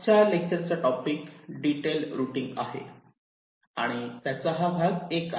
आजच्या लेक्चरचा topic detail routing आहे आणि त्याचा भाग 1 आहे